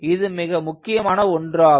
இது மிக முக்கியமான ஒன்றாகும்